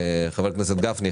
חה"כ גפני,